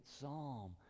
Psalm